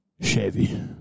Chevy